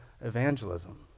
evangelism